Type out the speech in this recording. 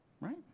Right